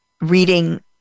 reading